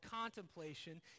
contemplation